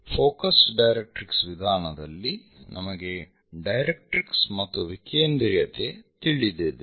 focus directrix ವಿಧಾನದಲ್ಲಿ ನಮಗೆ directrix ಮತ್ತು ವಿಕೇಂದ್ರೀಯತೆ ತಿಳಿದಿದೆ